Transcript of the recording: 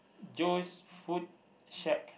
Joe's food shack